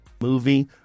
...movie